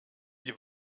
die